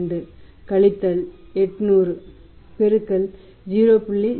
02 கழித்தல் 800 பெருக்கல் 0